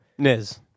Niz